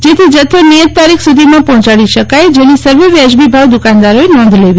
જેથીજથ્થો નિયત તારીખ સુધીમાં પહોંચાડી શકાય જેની સર્વ વ્યાજબી ભાવ દુકાનદારોએ નોંધ લેવી